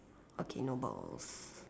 okay no balls